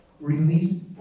Release